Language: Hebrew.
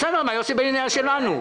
בסדר, יוסי ביילין היה משלנו.